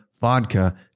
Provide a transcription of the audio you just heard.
vodka